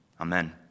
Amen